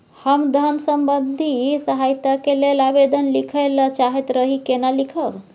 हम धन संबंधी सहायता के लैल आवेदन लिखय ल चाहैत रही केना लिखब?